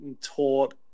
taught